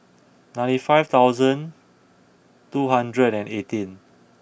ninety five thousand two hundred and eighteen